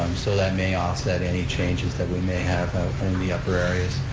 um so that may offset any changes that we may have in the upper areas.